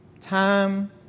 Time